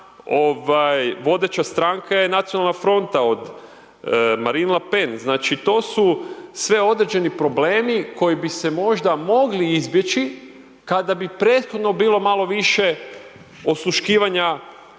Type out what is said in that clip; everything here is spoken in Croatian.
vodeća stranka je Nacionalna fronta od Marine Le Pen, znači to su sve određeni problemi koji bi se možda mogli izbjeći kada bi prethodno bilo malo više osluškivanja